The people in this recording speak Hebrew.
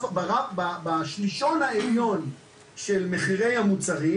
בשלישון העליון של מחירי המוצרים,